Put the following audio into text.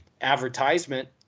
advertisement